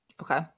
Okay